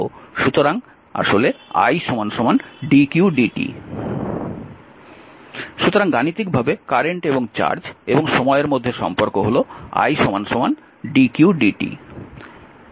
সুতরাং আসলে i dqdt সুতরাং গাণিতিকভাবে কারেন্ট এবং চার্জ এবং সময়ের মধ্যে সম্পর্ক হল i dqdt